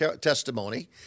testimony